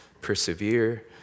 persevere